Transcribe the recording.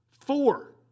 Four